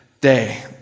day